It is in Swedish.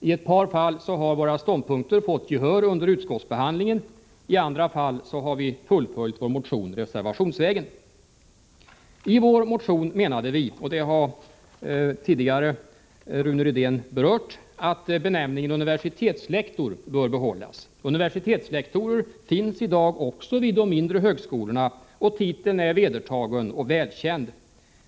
I ett par fall har våra ståndpunkter fått gehör under utskottsbehandlingen. I andra fall har vi fullföljt vår motion reservationsvägen. I vår motion menade vi, och det har Rune Rydén tidigare berört, att benämningen universitetslektor bör behållas. Universitetslektorer finns i dag också vid de mindre högskolorna, och titeln är vedertagen och välkänd.